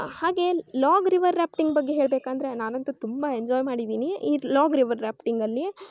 ಹಾಗೇ log river rafting ಬಗ್ಗೆ ಹೇಳಬೇಕಂದ್ರೆ ನಾನಂತೂ ತುಂಬ ಎಂಜಾಯ್ ಮಾಡಿದ್ದೀನಿ ಈ ಲಾಗ್ ರಿವರ್ ರ್ಯಾಫ್ಟಿಂಗಲ್ಲಿ